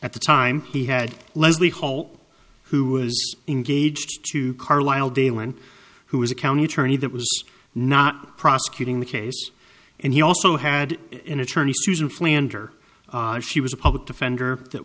at the time he had leslie hall who was engaged to carlisle dalan who was a county attorney that was not prosecuting the case and he also had an attorney susan philander she was a public defender that